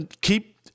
keep